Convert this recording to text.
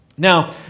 Now